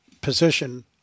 position